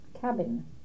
cabin